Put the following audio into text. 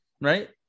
right